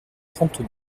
trente